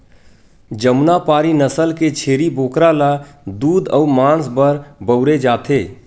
जमुनापारी नसल के छेरी बोकरा ल दूद अउ मांस बर बउरे जाथे